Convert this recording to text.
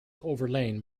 overlain